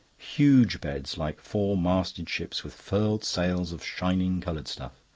huge beds, like four-masted ships, with furled sails of shining coloured stuff.